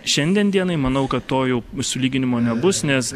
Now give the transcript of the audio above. šiandien dienai manau kad to jau sulyginimo nebus nes